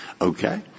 Okay